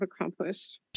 accomplished